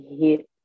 hit